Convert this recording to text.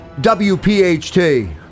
WPHT